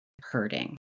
hurting